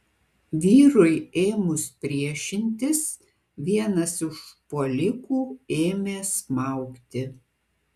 vyrui ėmus priešintis vienas užpuolikų ėmė smaugti